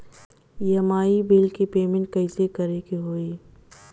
EMI bill के payment कइसे करे के होई?